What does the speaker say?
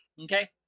Okay